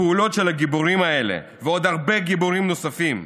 הפעולות של הגיבורים האלה ועוד הרבה גיבורים נוספים,